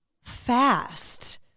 fast